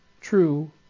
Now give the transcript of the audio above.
true